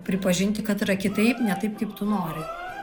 pripažinti kad yra kitaip ne taip kaip tu nori